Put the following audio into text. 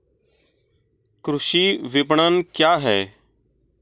कृषि विपणन क्या है?